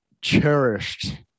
cherished